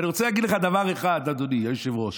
ואני רוצה אגיד לך דבר אחד, אדוני היושב-ראש.